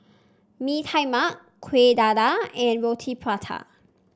Mee Tai Mak Kuih Dadar and Roti Prata